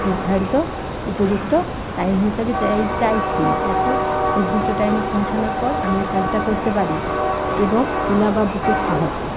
নির্ধারিত উপযুক্ত টাইম হিসাবে চাই চাইছি যাতে নির্দিষ্ট টাইমে পৌঁছানোর পর আমি ওই কাজটা করতে পারি এবং ওলা বা বুকের সাহায্যে